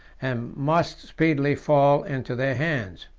and must speedily fall into their hands.